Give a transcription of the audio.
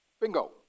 Bingo